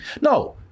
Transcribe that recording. No